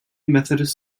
methodist